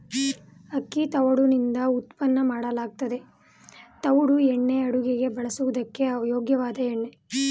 ಅಕ್ಕಿ ತವುಡುನಿಂದ ಉತ್ಪನ್ನ ಮಾಡಲಾಗ್ತದೆ ತವುಡು ಎಣ್ಣೆ ಅಡುಗೆಗೆ ಬಳಸೋದಕ್ಕೆ ಯೋಗ್ಯವಾದ ಎಣ್ಣೆ